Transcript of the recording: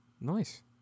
Nice